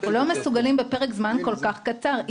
אנחנו לא מסוגלים בפרק זמן כל כך קצר.